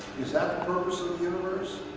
is that the purpose of the universe?